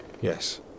Yes